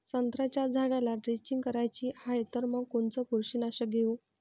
संत्र्याच्या झाडाला द्रेंचींग करायची हाये तर मग कोनच बुरशीनाशक घेऊ?